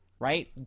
right